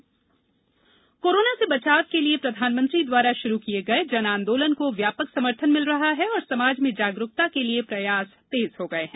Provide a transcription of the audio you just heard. जन आंदोलन अभियान कोरोना से बचाव के लिए प्रधानमंत्री द्वारा शुरू किये गये जन आंदोलन को व्यापक समर्थन मिल रहा है और समाज में जागरूकता के लिए प्रयास तेज हो गये है